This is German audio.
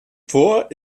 vor